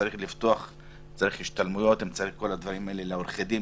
צריך השתלמויות לעורכי דין,